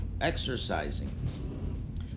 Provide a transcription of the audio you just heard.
exercising